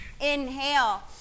Inhale